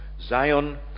Zion